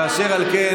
ואשר על כן,